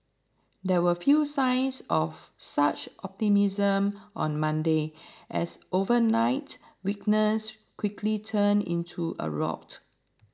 there were few signs of such optimism on Monday as overnight weakness quickly turned into a rout